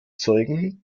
zeugen